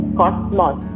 cosmos